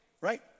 right